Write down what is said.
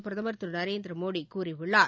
பிரதமர் திரு நரேந்திர மோடி கூறியுள்ளார்